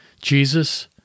Jesus